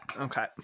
Okay